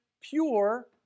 pure